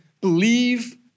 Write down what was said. believe